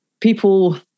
people